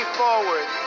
forward